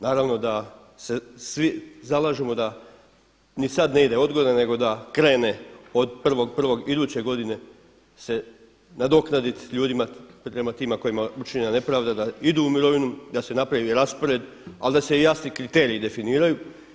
Naravno da se svi zalažemo da ni sad ne ide odgoda nego da krene od 1.1. iduće godine se nadoknadi ljudima prema tima kojima je učinjena nepravda da idu u mirovinu, da se napravi raspored, ali da se jasni kriteriji definiraju.